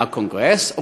מהקונגרס,